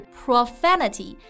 profanity